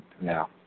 Now